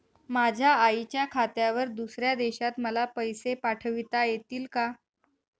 माझ्या आईच्या खात्यावर दुसऱ्या देशात मला पैसे पाठविता येतील का?